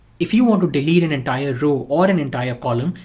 if you want to delete an entire row or an entire column,